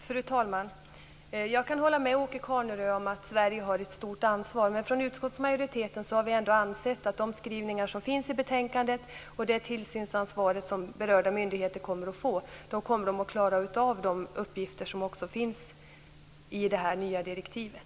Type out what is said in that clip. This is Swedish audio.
Fru talman! Jag kan hålla med Åke Carnerö om att Sverige har ett stort ansvar. Men från utskottsmajoriteten har vi ändå ansett att de skrivningar som finns i betänkandet är tillräckliga och att det tillsynsansvar som berörda myndigheter kommer att få gör att de kommer att klara av de uppgifter som finns i det nya direktivet.